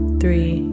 three